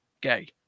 gay